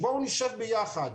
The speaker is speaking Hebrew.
בואו נשב ביחד,